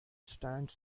stands